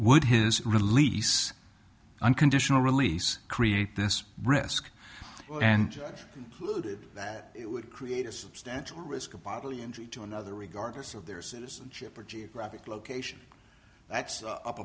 would his release unconditional release create this risk and looted that it would create a substantial risk of bodily injury to another regardless of their citizenship or geographic location that's up